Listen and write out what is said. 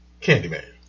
Candyman